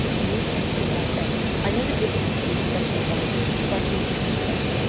you are still my friend. i know the difficulty of such an avowal but it is necessary.